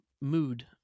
mood